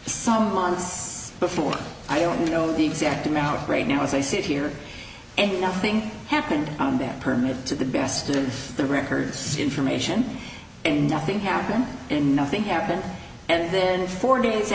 some months before i don't know the exact amount great now as i sit here and nothing happened on that permit to the best of the records information and nothing happened and nothing happened and then four days